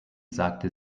sagte